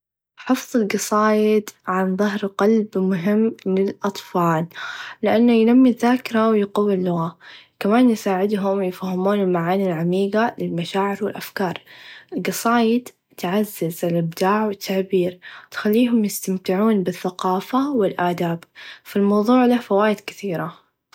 حفظ القصايد عن ظهر قلب مهم للأطفال لأنه ينمي الذاكره و يقوي اللغه كمان يساعدهم يفهمون المعاني العميقه للمشاعر و الأفكار القصايد تعزز الإبداع و التعبير و تخليهم يستمتعون بالثقافه و الآداب فالموظوع له فوايد كثيره.